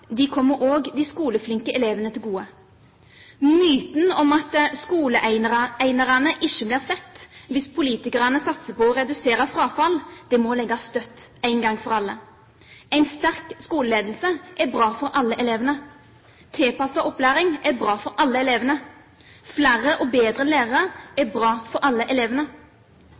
frafall, kommer også de skoleflinke elevene til gode. Myten om at skoleenerne ikke blir sett hvis politikerne satser på å redusere frafall, må legges død en gang for alle. En sterk skoleledelse er bra for alle elevene. Tilpasset opplæring er bra for alle elevene. Flere og bedre lærere er bra for alle elevene.